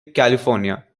california